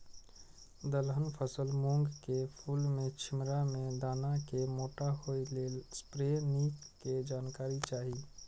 दलहन फसल मूँग के फुल में छिमरा में दाना के मोटा होय लेल स्प्रै निक के जानकारी चाही?